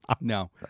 No